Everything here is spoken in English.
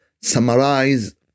summarize